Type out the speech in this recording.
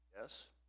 Yes